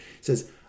says